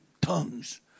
tongues